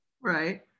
Right